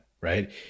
right